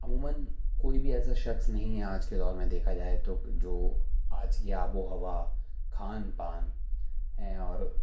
عموماً کوئی بھی ایسا شخص نہیں ہے آج کے دور میں دیکھا جائے تو جو آج کی آب و ہوا خوان پان ہیں اور